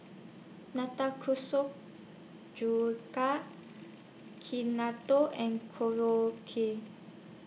Nanakusa Tekkadon and Korokke